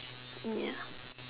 ya